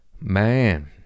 man